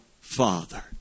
father